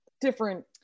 different